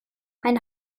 ein